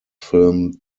film